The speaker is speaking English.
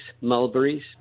mulberries